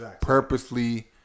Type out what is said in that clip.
Purposely